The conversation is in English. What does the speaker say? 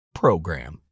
program